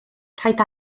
rhaid